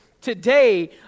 today